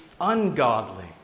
ungodly